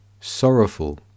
sorrowful